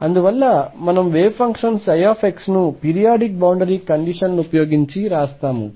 అందువలన మనము wave function ψ ను పీరియాడిక్ బౌండరీ కండిషన్ లు ఉపయోగించి రాస్తాము